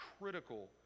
critical